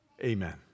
Amen